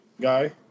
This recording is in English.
Guy